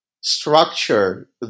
structure